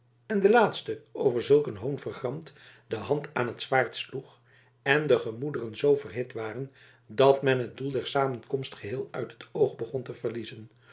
en deze laatste over zulk een hoon vergramd de hand aan t zwaard sloeg en de gemoederen zoo verhit waren dat men het doel der samenkomst geheel uit het oog begon te verliezen